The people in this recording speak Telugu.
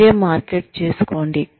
మీరే మార్కెట్ చేసుకోండి